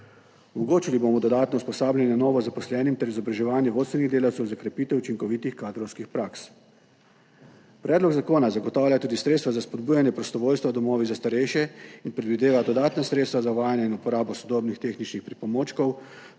Omogočili bomo dodatno usposabljanje novozaposlenim ter izobraževanje vodstvenih delavcev za krepitev učinkovitih kadrovskih praks. Predlog zakona zagotavlja tudi sredstva za spodbujanje prostovoljstva v domovih za starejše in predvideva dodatna sredstva za uvajanje in uporabo sodobnih tehničnih pripomočkov